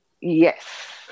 Yes